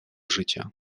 życia